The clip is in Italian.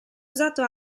usato